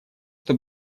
что